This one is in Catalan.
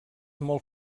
molt